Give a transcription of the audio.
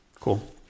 cool